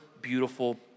beautiful